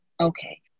okay